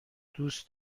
دوست